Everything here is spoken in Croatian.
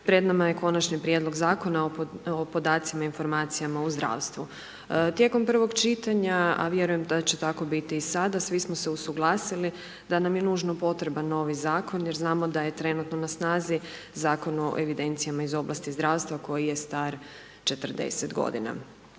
Pred nama je Konačni prijedlog zakona o podacima i informacijama u zdravstvu. Tijekom prvog čitanja, a vjerujem da će tako biti i sada, svi smo se usuglasili da nam je nužno potreban novi zakon jer znamo da je trenutno na snazi Zakon o evidencijama iz oblasti zdravstva koji je star 40 godina.